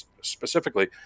specifically